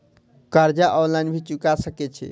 कर्जा ऑनलाइन भी चुका सके छी?